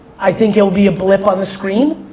i think it'll be a blip on the screen,